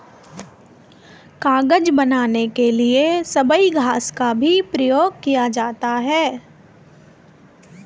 कागज बनाने के लिए सबई घास का भी प्रयोग किया जाता है